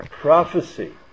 prophecy